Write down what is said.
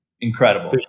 Incredible